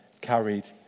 carried